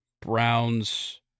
Browns